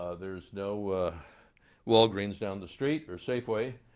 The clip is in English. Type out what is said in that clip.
ah there's no walgreens down the street, or safeway.